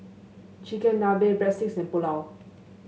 Chigenabe Breadsticks and Pulao